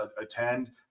attend